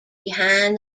behind